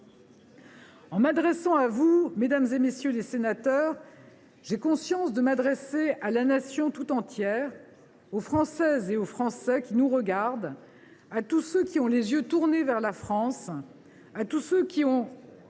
En m’adressant à vous, mesdames, messieurs les députés, j’ai conscience de parler à la Nation tout entière, aux Françaises et aux Français qui nous regardent, à tous ceux qui ont les yeux tournés vers la France, que la vision